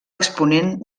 exponent